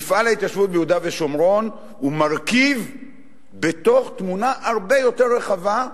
מפעל ההתיישבות ביהודה ושומרון הוא מרכיב בתוך תמונה הרבה יותר רחבה,